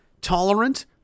tolerant